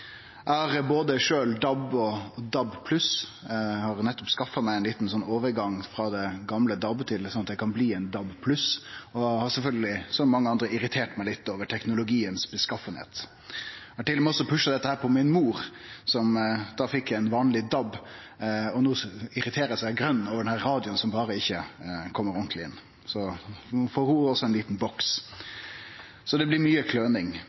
sjølv både DAB og DAB+. Eg har nettopp skaffa meg ein liten sånn overgang frå den gamle DAB slik at han kan bli ein DAB+, og har sjølvsagt som mange andre irritert meg litt over teknologiens tilstand. Eg har til og med også pusha dette på mor mi, som da fekk ein vanleg DAB og no irriterer seg grøn over denne radioen som berre ikkje kjem ordentleg inn. Så no får ho også ein liten boks. Så det blir mykje kløning,